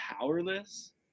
powerless